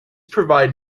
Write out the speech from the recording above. provide